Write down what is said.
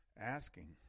asking